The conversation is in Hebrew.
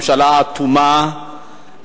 ממשלה אטומה,